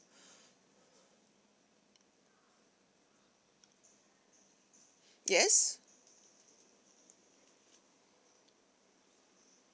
yes